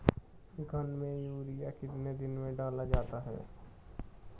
धान में यूरिया कितने दिन में डालना चाहिए?